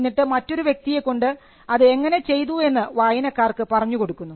എന്നിട്ട് മറ്റൊരു വ്യക്തിയെ കൊണ്ട് അത് എങ്ങനെ ചെയ്തു എന്ന് വായനക്കാർക്ക് പറഞ്ഞുകൊടുക്കുന്നു